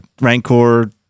rancor